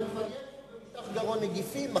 אבל כבר יש לו במשטח גרון נגיפים,